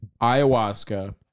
ayahuasca